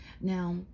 Now